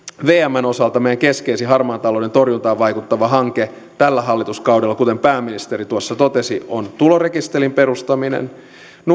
vmn osalta meidän keskeisin harmaan talouden torjuntaan vaikuttava hankkeemme tällä hallituskaudella kuten pääministeri tuossa totesi on tulorekisterin perustaminen